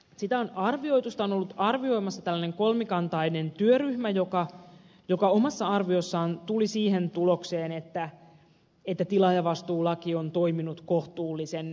sitä on ollut arvioimassa tällainen kolmikantainen työryhmä joka omassa arviossaan tuli siihen tulokseen että tilaajavastuulaki on toiminut kohtuullisen hyvin